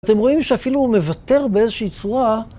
אתם רואים שאפילו הוא מוותר באיזושהי צורה.